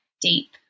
deep